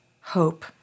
hope